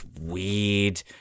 weird